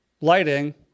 lighting